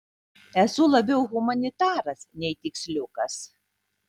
esu labiau humanitaras nei tiksliukas